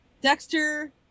Dexter